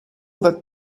that